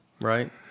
right